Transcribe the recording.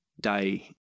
day